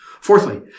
Fourthly